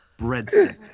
Breadstick